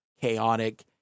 chaotic